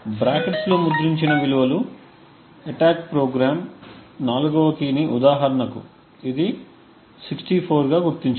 బ్రాకెట్స్లో ముద్రించిన విలువలు attack program 4వ కీ ని ఉదాహరణకు ఇది 64 గా గుర్తించింది